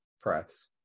press